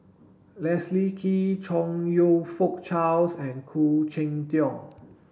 Leslie Kee Chong You Fook Charles and Khoo Cheng Tiong